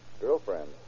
Girlfriend